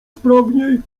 sprawniej